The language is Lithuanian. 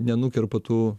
nenukerpa tų